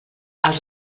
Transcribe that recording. els